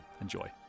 Enjoy